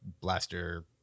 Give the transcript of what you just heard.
blaster